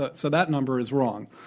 but so that number is wrong.